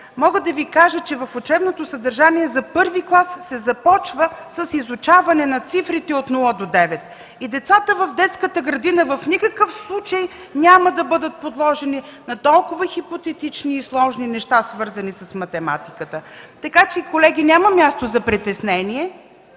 мога да кажа, че в учебното съдържание за първи клас се започна с изучаване на цифрите от нула до девет. Децата в детската градина в никакъв случай няма да бъдат подложени на толкова хипотетични и сложни неща, свързани с математиката. Колеги, няма място за притеснение,